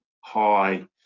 high